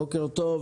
בוקר טוב.